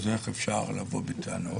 אז איך אפשר לבוא בטענות,